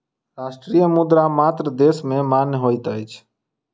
राष्ट्रीय मुद्रा मात्र देश में मान्य होइत अछि